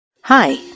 Hi